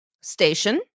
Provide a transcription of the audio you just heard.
station